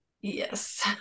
Yes